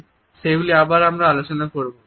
সেগুলি আবার আমরা আলোচনা করব